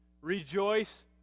Rejoice